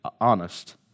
honest